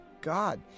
God